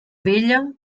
vella